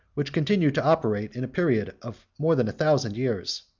which continued to operate in a period of more than a thousand years.